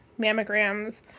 mammograms